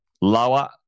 lower